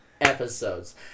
episodes